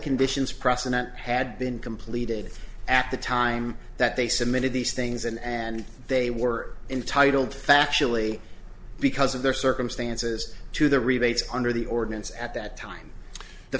conditions precedent had been completed at the time that they submitted these things and and they were entitled factually because of their circumstances to the rebates under the ordinance at that time the